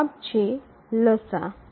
જવાબ છે લસાઅ